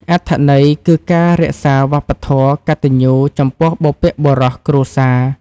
អត្ថន័យគឺការរក្សាវប្បធម៌កតញ្ញូចំពោះបុព្វបុរសគ្រួសារ។